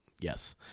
yes